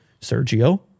sergio